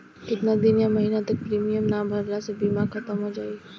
केतना दिन या महीना तक प्रीमियम ना भरला से बीमा ख़तम हो जायी?